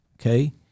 Okay